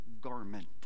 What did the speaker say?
garment